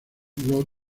rod